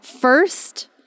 first